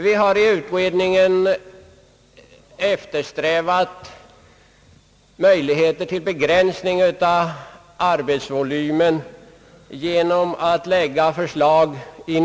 Vi har i utredningen genom att ställa förslag i några sammanhang eftersträvat en begränsning av arbetsvolymen i möjligaste mån.